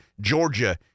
Georgia